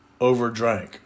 overdrank